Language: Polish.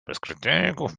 krytyków